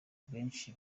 benshi